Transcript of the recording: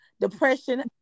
depression